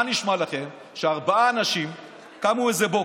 מה נשמע לכם, שארבעה אנשים קמו איזה בוקר,